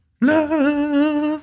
love